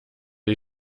die